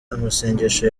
amasengesho